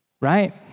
right